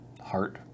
heart